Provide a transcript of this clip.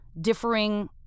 differing